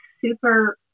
super